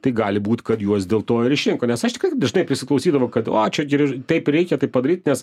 tai gali būt kad juos dėl to ir išrinko nes aš dažnai prisiklausydavau kad o čia gerai taip reikia taip padaryt nes